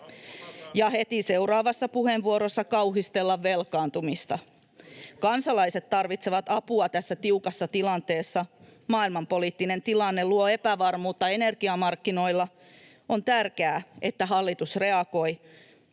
ja heti seuraavassa puheenvuorossa kauhistella velkaantumista. Kansalaiset tarvitsevat apua tässä tiukassa tilanteessa. Maailmanpoliittinen tilanne luo epävarmuutta energiamarkkinoilla. On tärkeää, että hallitus sekä